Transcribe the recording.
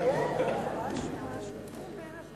חוק הבנקאות (רישוי) (תיקון מס' 15), התש"ע